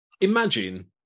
imagine